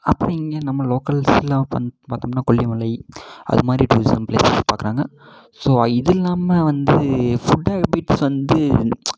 அப்புறம் இங்கே நம்ம லோக்கல்ஸ்லாம் வந்து பார்த்தம்ன்னா கொல்லிமலை அதுமாதிரி டூரிஸம் ப்ளேஸஸ் பார்க்குறாங்க ஸோ இது இல்லாமல் வந்து ஃபுட் ஹேபிட்ஸ் வந்து